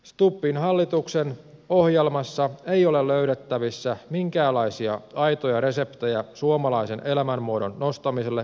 stubbin hallituksen ohjelmasta ei ole löydettävissä minkäänlaisia aitoja reseptejä suomalaisen elämänmuodon nostamiseksi uuteen nousuun